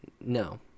No